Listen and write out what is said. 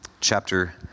chapter